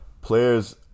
players